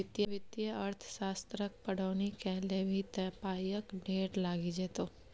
वित्तीय अर्थशास्त्रक पढ़ौनी कए लेभी त पायक ढेर लागि जेतौ